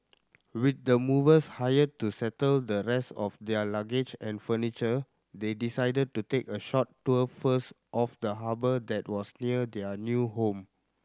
with the movers hired to settle the rest of their luggage and furniture they decided to take a short tour first of the harbour that was near their new home